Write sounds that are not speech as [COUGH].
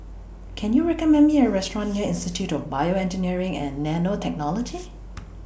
Can YOU recommend Me A Restaurant near Institute of Bioengineering and Nanotechnology [NOISE]